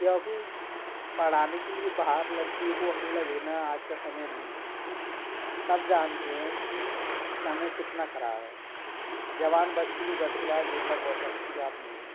क्योंकि पढ़ाने के लिए बाहर लड़कियों को अकेला भेजना आज का समय नहीं है सब जानते हैं कि समय कितना खराब है जवान बच्ची को घर से बाहर भेजना बहुत अच्छी बात नहीं है